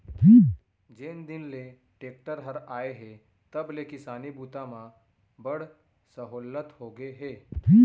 जेन दिन ले टेक्टर हर आए हे तब ले किसानी बूता म बड़ सहोल्लत होगे हे